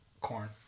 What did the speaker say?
corn